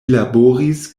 laboris